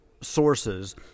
sources